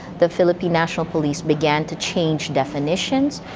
the philippine national police began to change definitions,